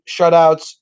shutouts